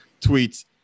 tweets